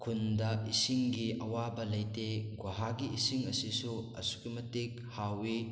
ꯈꯨꯟꯗ ꯏꯁꯤꯡꯒꯤ ꯑꯋꯥꯕ ꯂꯩꯇꯦ ꯒꯨꯍꯥꯒꯤ ꯏꯁꯤꯡ ꯑꯁꯤꯁꯨ ꯑꯁꯨꯛꯀꯤ ꯃꯇꯤꯛ ꯍꯥꯎꯏ